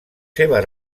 seves